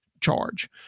charge